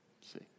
See